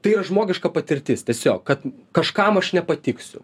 tai yra žmogiška patirtis tiesiog kad kažkam aš nepatiksiu